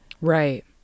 Right